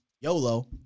YOLO